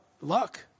luck